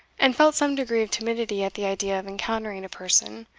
and felt some degree of timidity at the idea of encountering a person,